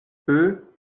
eux